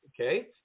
Okay